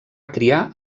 criar